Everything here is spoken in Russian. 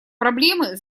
проблемы